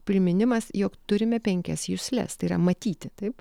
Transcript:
priminimas jog turime penkias jusles tai yra matyti taip